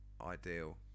ideal